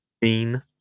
bean